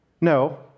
No